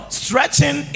stretching